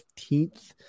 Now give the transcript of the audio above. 15th